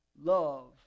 Love